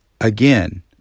again